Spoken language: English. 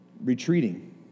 retreating